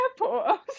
airport